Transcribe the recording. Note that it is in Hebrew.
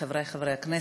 חברי חברי הכנסת,